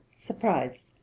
surprised